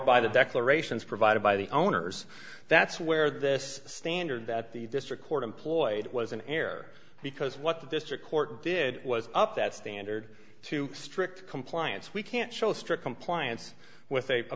by the declarations provided by the owners that's where this standard that the district court employed was in air because what the district court did was up that standard too strict compliance we can't show strict compliance with a